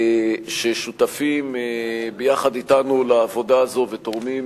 ששותפים יחד אתנו לעבודה הזו ותורמים